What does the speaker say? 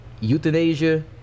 euthanasia